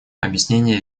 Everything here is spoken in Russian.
объяснение